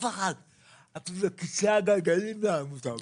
אפילו כיסא גלגלים לא היה לו.